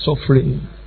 suffering